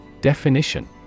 Definition